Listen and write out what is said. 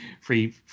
free